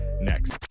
next